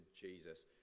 Jesus